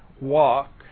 walk